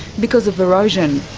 because of erosion.